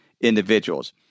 individuals